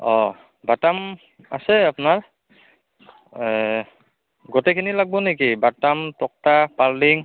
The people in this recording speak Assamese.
অঁ বাটাম আছে আপোনাৰ গোটেইখিনি লাগব নেকি বাটাম টোক্টা পাৰলিং